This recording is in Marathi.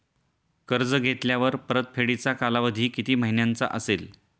कर्ज घेतल्यावर परतफेडीचा कालावधी किती महिन्यांचा असेल?